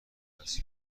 است